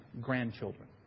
grandchildren